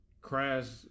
crash